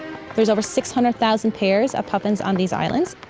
there's over six hundred thousand pairs of puffins on these islands.